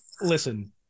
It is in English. Listen